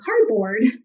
cardboard